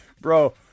Bro